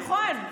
נכון.